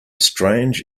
strange